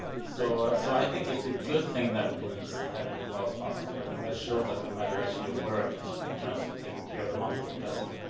so so i think it's a good thing that we didn't have any false positive i think that shows that the method actually worked in terms of taking care of the multiple testing.